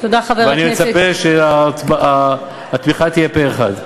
ואני מצפה שהתמיכה תהיה פה-אחד.